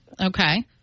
Okay